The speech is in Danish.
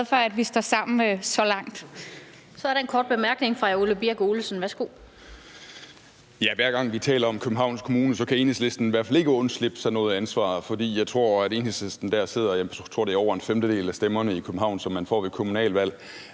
fra Ole Birk Olesen. Værsgo. Kl. 16:33 Ole Birk Olesen (LA): Hver gang vi taler om Københavns Kommune, kan Enhedslisten i hvert fald ikke slippe for noget af ansvaret, for jeg tror, at Enhedslisten dér sidder med over en femtedel af stemmerne i København, som man får ved kommunalvalg.